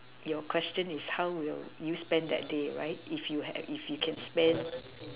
your question is how will you spend that day right if you had if you can spend